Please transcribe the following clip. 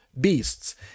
beasts